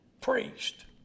priest